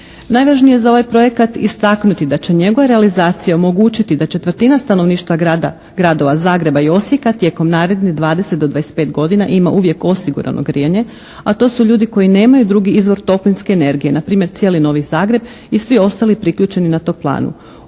Najvažnije je za ovaj projekat istaknuti da će njegova realizacija omogućiti da četvrtina stanovništva grada, gradova Zagreba i Osijeka tijekom naredne 20 do 25 godina ima uvijek osigurano grijanje a to su ljudi koji nemaju drugi izvor toplinske energije. Na primjer cijeli Novi Zagreb i svi ostali priključeni na toplanu.